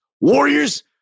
Warriors